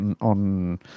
on